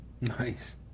Nice